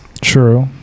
True